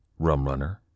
Rumrunner